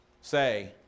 say